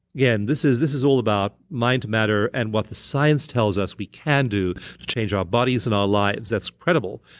yeah and this is this is all about mind to matter and what the science tells us we can do to change our bodies and our lives, that's credible,